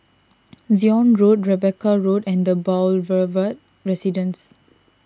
Zion Road Rebecca Road and the Boulevard Residence